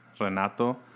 Renato